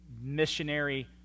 missionary